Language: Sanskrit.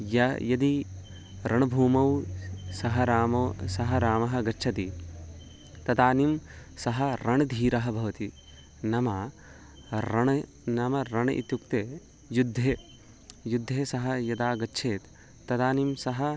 य यदि रणभूमौ सः रामो सः रामः गच्छति तदानीं सः रणधीरः भवति नाम रण् नाम रण् इत्युक्ते युद्धे युद्धे सः यदा गच्छेत् तदानीं सः